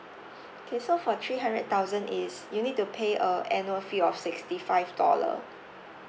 okay so for three hundred thousand is you need to pay a annual fee of sixty five dollar